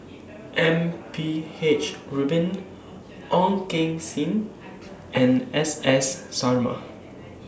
M P H Rubin Ong Keng Sen and S S Sarma